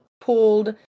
pulled